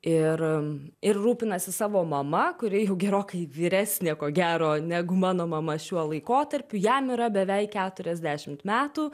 ir ir rūpinasi savo mama kuri jau gerokai vyresnė ko gero negu mano mama šiuo laikotarpiu jam yra beveik keturiasdešimt metų